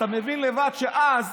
אתה מבין לבד שאז,